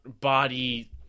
body